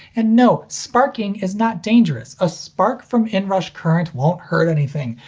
and no, sparking is not dangerous. a spark from inrush current won't hurt anything.